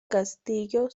castillo